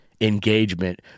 engagement